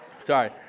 Sorry